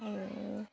আৰু